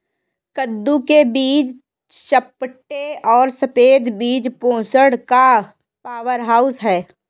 कद्दू के बीज चपटे और सफेद बीज पोषण का पावरहाउस हैं